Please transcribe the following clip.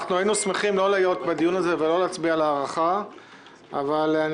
היינו שמחים לא להיות בדיון הזה ולא להצביע על ההארכה אבל אני